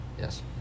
Yes